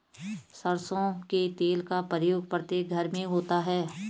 सरसों के तेल का प्रयोग प्रत्येक घर में होता है